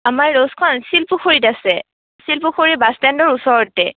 আমাৰ ল'জখন শিলপুখুৰীত আছে শিলপুখুৰীৰ বাছ ষ্টেণ্ডৰ ওচৰতে